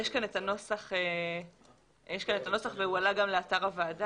יש כאן את הנוסח והוא עלה גם לאתר הוועדה.